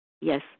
Yes